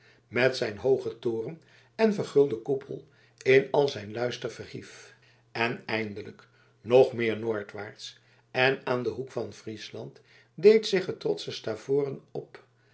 met zijn hoogen toren en vergulden koepel in al zijn luister verhief en eindelijk nog meer noordwaarts en aan den hoek van friesland deed zich het trotsche stavoren op